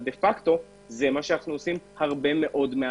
דה-פאקטו, זה מה שאנחנו עושים די הרבה מהזמן.